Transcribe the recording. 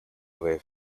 away